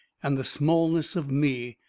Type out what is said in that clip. and the smallness of me,